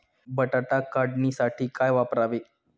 बटाटा काढणीसाठी काय वापरावे?